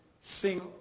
sing